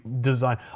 design